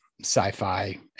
sci-fi